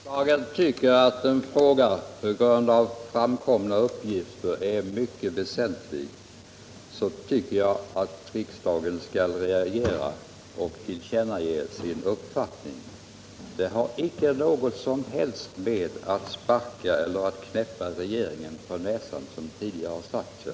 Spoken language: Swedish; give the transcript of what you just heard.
Herr talman! Mycket kort. Om riksdagen tycker att en fråga på grund av framkomna uppgifter är mycket väsentlig anser jag att riksdagen skall reagera och tillkännage sin uppfattning. Det har inte något som helst att göra med att knäppa regeringen på näsan — som det tidigare har sagts här.